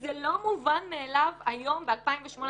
וזה לא מובן מאליו היום ב-2018,